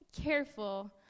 careful